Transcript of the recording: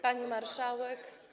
Pani Marszałek!